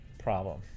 problem